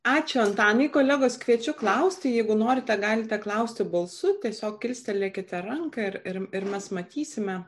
ačiū antanai kolegos kviečiu klausti jeigu norite galite klausti balsu tiesiog kilstelėkite ranką ir ir mes matysime